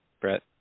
Brett